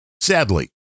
Sadly